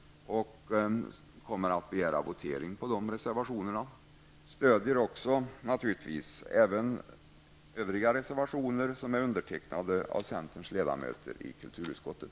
Jag kommer att begära votering om de reservationerna. Jag stöder naturligtvis även övriga reservationer som är undertecknade av centerns ledamöter i kulturutskottet.